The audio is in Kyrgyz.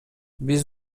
биз